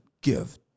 give